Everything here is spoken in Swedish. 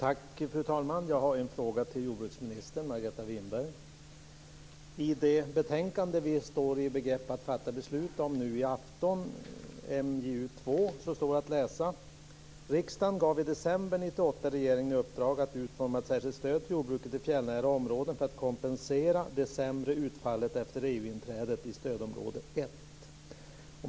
Fru talman! Jag har en fråga till jordbruksminister Margareta Winberg. I det betänkande som vi står i begrepp att fatta beslut om nu i afton, MJU2, står att läsa: "Riksdagen gav i december 1998 regeringen i uppdrag att utforma ett särskilt stöd till jordbruket i fjällnära områden för att kompensera det sämre utfallet efter EU-inträdet i stödområde 1."